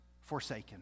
forsaken